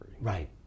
Right